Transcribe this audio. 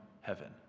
heaven